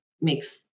makes